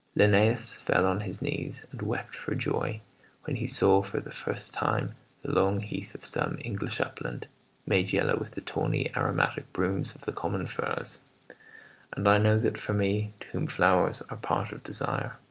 linnaeus fell on his knees and wept for joy when he saw for the first time the long heath of some english upland made yellow with the tawny aromatic brooms of the common furze and i know that for me, to whom flowers are part of desire,